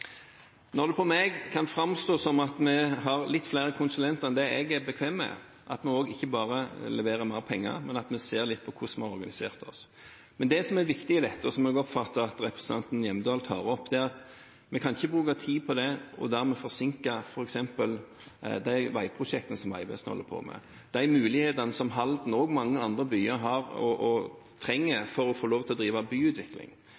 har noen flere konsulenter enn jeg er bekvem med – at vi leverer ikke bare mer penger, men at vi ser litt på hvordan vi har organisert oss. Det som er viktig i det jeg oppfatter at representanten Hjemdal tar opp, er at vi ikke kan bruke tid på det og dermed forsinke f.eks. de veiprosjektene som Vegvesenet holder på med – de mulighetene som Halden og også mange andre byer har, og trenger, for å få lov til å drive byutvikling.